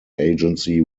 agency